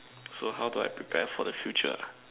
so how do I prepare for the future